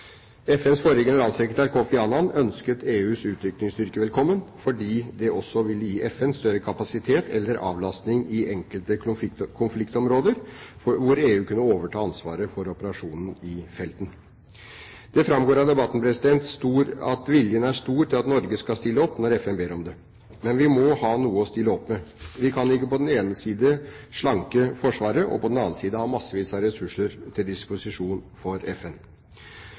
FNs forrige generalsekretær, Kofi Annan, ønsket EUs utrykningsstyrker velkommen fordi det også ville gi FN større kapasitet eller avlastning i enkelte konfliktområder, hvor EU kunne overta ansvaret for operasjonen i felten. Det framgår av debatten at viljen er stor til at Norge skal stille opp når FN ber om det. Men vi må ha noe å stille opp med. Vi kan ikke på den ene side slanke Forsvaret og på den annen side ha massevis av ressurser til disposisjon for FN.